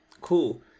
Cool